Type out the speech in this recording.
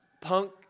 punk